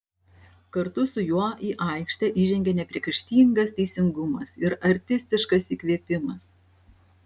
kartu su juo į aikštę įžengė nepriekaištingas teisingumas ir artistiškas įkvėpimas